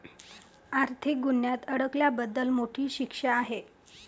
आर्थिक गुन्ह्यात अडकल्याबद्दल मोठी शिक्षा आहे